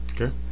Okay